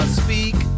speak